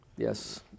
Yes